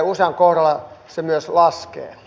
usean kohdalla se myös laskee